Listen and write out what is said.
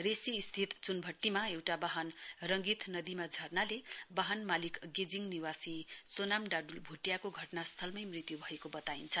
रेशीस्थित चुनभट्टीमा एउटा वाहन रङ्गीत नदीमा झरनाले वाहन मालिक गेजिङ निवासी सोनाम डाडुल भुटियाको घटनास्थलमै मृत्यु भएको बताइन्छ